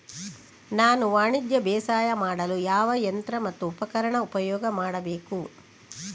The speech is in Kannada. ನಾನು ವಾಣಿಜ್ಯ ಬೇಸಾಯ ಮಾಡಲು ಯಾವ ಯಂತ್ರ ಮತ್ತು ಉಪಕರಣ ಉಪಯೋಗ ಮಾಡಬೇಕು?